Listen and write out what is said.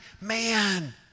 man